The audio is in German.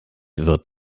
wird